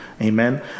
Amen